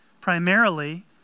primarily